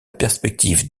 perspective